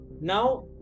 Now